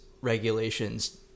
regulations